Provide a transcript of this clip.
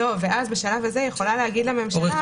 ואז בשלב הזה היא יכולה לומר לממשלה,